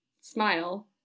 smile